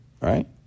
right